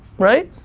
right?